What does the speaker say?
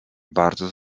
bardzo